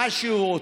מה שהוא רוצה.